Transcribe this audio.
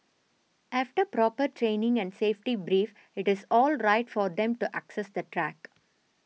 after proper training and safety brief it is all right for them to access the track